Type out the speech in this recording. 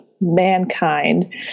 mankind